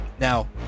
Now